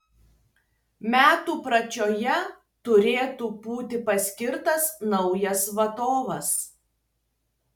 metų pradžioje turėtų būti paskirtas naujas vadovas